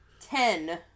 Ten